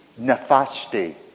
nefasti